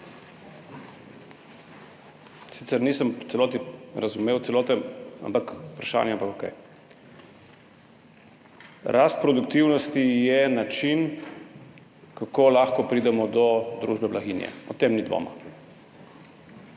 Sicer nisem v celoti razumel vprašanja, ampak okej. Rast produktivnosti je način, kako lahko pridemo do družbe blaginje, o tem ni dvoma.